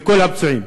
לכל הפצועים.